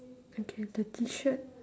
okay the T-shirt